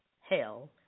Hell